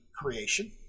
creation